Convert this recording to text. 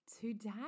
today